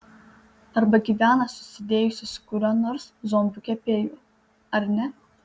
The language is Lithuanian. arba gyvena susidėjusi su kuriuo nors zombiu kepėju ar ne